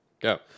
go